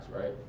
right